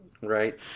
right